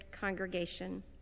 congregation